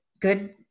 good